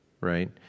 right